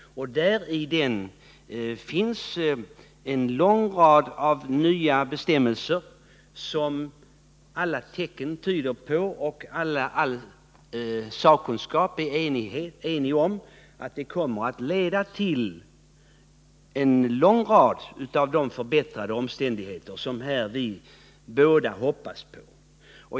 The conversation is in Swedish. I den lagen finns en lång rad nya bestämmelser som alla tecken tyder på och all sakkunskap är enig om kommer att leda till sådana förbättringar som både Svante Lundkvist och jag hoppas på.